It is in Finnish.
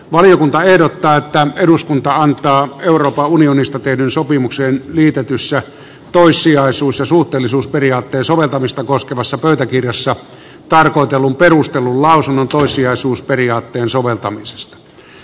valiokunta ehdottaa että eduskunta antaa euroopan unionista tehtyyn sopimukseen liitetyssä toissijaisuus ja suhteellisuusperiaatteen soveltamista koskevassa pöytäkirjassa tarkoitetun perustellun lausunnon toissijaisuusperiaatteen soveltamisesta